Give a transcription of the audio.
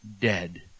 dead